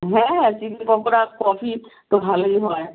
হ্যাঁ হ্যাঁ chicken pakora coffee তো ভালোই হয়